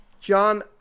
John